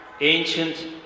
ancient